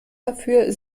dafür